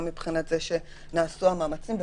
גם מבחינת זה שנעשו המאמצים,